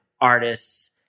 artists